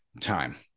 time